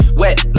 wet